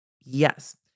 yes